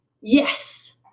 yes